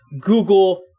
Google